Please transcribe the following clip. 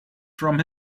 from